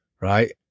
right